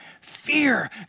fear